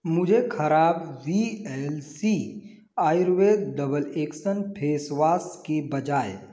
मुझे ख़राब V L C Ayurveda double action face wash की बजाय